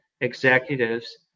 executives